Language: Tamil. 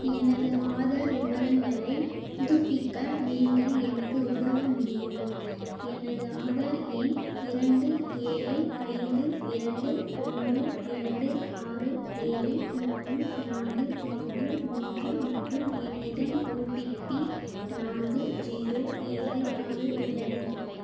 எனது ஆதார் விவரங்களைப் புதுப்பிக்க நீங்கள் எனக்கு உதவ முடியுமா எனது ஆதார் எண் இரண்டு ஏழு ஐந்து இரண்டு ஒன்று இரண்டு ஆறு ஏழு மூணு நான்கு மூன்று மூன்று மற்றும் என்னிடம் ஓடிபி நான்கு ஜீரோ ஏழு ஆறு உள்ளது